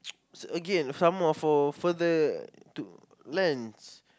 again some are for further to lands